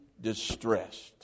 distressed